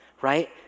right